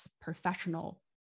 professional